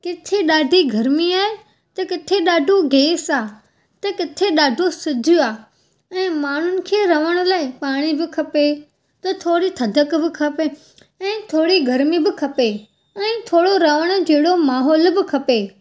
किथे ॾाढी गर्मी आहे त किथे ॾाढो गैस आहे त किथे ॾाढो सिजु आहे ऐं माण्हुनि खे रहण लाइ पाणी ब खपे त थोरी थधिक ब खपे ऐं थोरी गर्मी बि खपे ऐं थोरो रहणु जहिड़ो माहौल बि खपे